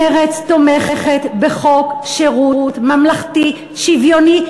מרצ תומכת בחוק שירות ממלכתי, שוויוני,